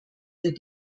der